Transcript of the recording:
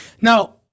Now